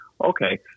Okay